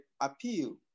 appeal